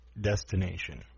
destination